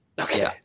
Okay